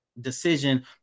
Decision